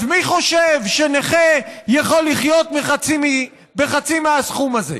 אז מי חושב שנכה יכול לחיות בחצי מהסכום הזה?